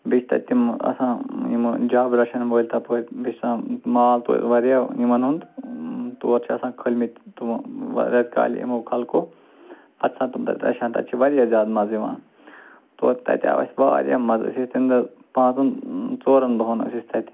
بیٚیہِ چھِ تَتہِ تِم آسان یِمہٕ جب رَچھن وٲلۍ تپٲرۍ بیٚیہِ چھِ آسان مال تورِ وارِیاہ یِمن ہُنٛد تور چھِ آسان کھٲلۍمِتۍ تِمو رٮ۪تہِ کالہِ یِمو خلقو پتہٕ چھِ آسان تِم تَتہِ رَچھان تَتہِ چھِ وارِیاہ زیادٕ مَزٕ یِوان تورٕ تَتہِ آو اَسہِ وارِیاہ مَزٕ أسۍ ٲسۍ تَمہِ دۄہ پانٛژن ژورن دۄہن أسۍ ٲسۍ تَتہِ